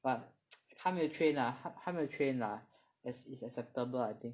but 他没有 train lah 他没有 train lah is acceptable I think